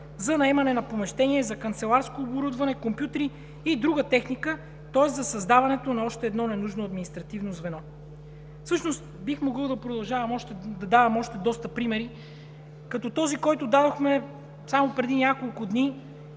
за наемане на помещения, за канцеларско оборудване, компютри и друга техника, тоест за създаването на още едно ненужно административно звено! Бих могъл да продължавам да давам още доста примери като този, който дадохме само преди няколко дни